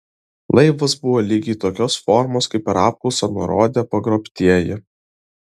laivas buvo lygiai tokios formos kaip per apklausą nurodė pagrobtieji